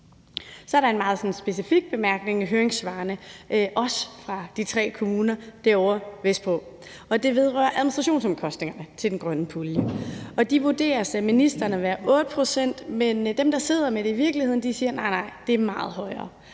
Så er der en meget sådan specifik bemærkning i høringssvarene, også fra de tre kommuner derovre vestpå, og den vedrører administrationsomkostningerne til den grønne pulje. De vurderes af ministeren til at være på 8 pct., men dem, der sidder med det i virkeligheden, siger: Nej, nej, det er meget højere.